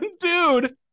Dude